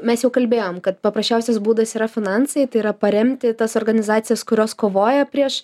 mes jau kalbėjom kad paprasčiausias būdas yra finansai tai yra paremti tas organizacijas kurios kovoja prieš